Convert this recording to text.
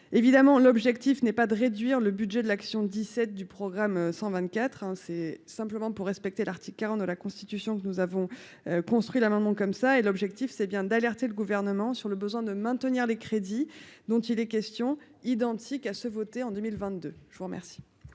évidemment l'objectif n'est pas de réduire le budget de l'action 17 du programme 124 hein, c'est simplement pour respecter l'article 40 de la constitution, que nous avons construit la maman comme ça et l'objectif c'est bien d'alerter le gouvernement sur le besoin de maintenir les crédits dont il est question, identiques à ceux votés en 2022, je vous remercie.